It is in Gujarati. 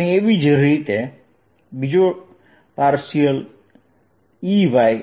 તેવી જ રીતે Ey∂x q4π0 3y